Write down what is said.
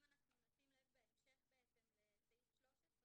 אם אנחנו נשים לב לסעיף 13,